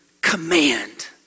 command